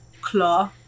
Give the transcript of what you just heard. claw